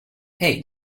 hey